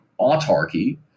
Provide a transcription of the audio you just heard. autarky